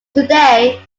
today